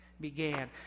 began